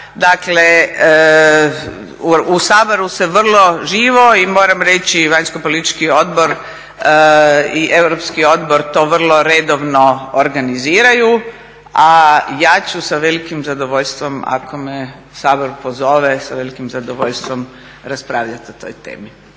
dakle u Saboru se vrlo živo i moram reći Vanjsko politički odbor i Europski odbor to vrlo redovno organiziraju, a ja ću sa velikim zadovoljstvom ako me Sabor pozove, sa velikim zadovoljstvom raspravljati o toj temi.